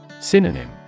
Synonym